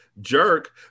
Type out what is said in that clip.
jerk